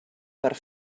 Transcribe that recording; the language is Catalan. per